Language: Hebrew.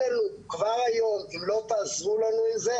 כבר היום אם לא תעזרו לנו עם זה,